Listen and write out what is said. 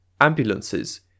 ambulances